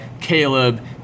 Caleb